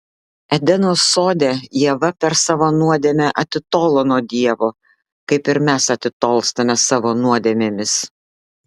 edeno sode ieva per savo nuodėmę atitolo nuo dievo kaip ir mes atitolstame savo nuodėmėmis